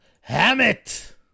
hammett